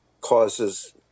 causes